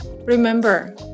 Remember